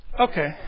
Okay